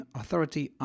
authority